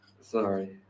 sorry